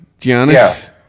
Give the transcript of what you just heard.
Giannis